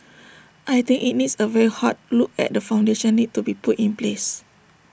I think IT needs A very hard look at the foundations need to be put in place